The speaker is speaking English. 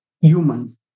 human